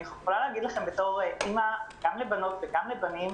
אני יכולה להגיד לכם בתור אימא גם לבנות וגם לבנים